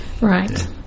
Right